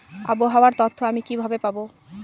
আবহাওয়ার তথ্য আমি কিভাবে পাবো?